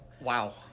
Wow